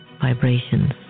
vibrations